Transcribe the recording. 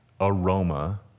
aroma